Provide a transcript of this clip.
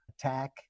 attack